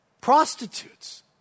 Prostitutes